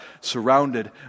surrounded